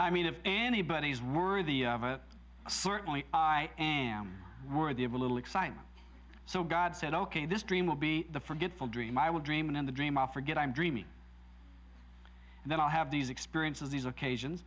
i mean if anybody is worthy of a certainly i am worthy of a little excitement so god said ok this dream will be the forgetful dream i will dream and dream i'll forget i'm dreaming and then i'll have these experiences these occasions